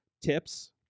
tips